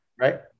right